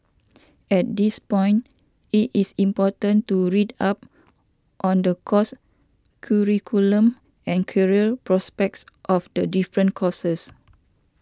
at this point it is important to read up on the course curriculum and career prospects of the different courses